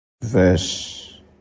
verse